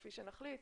כפי שנחליט.